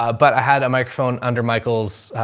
but i had a microphone under michael's,